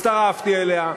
הצטרפתי אליה,